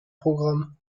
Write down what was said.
programme